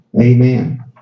Amen